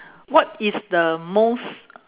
what is the most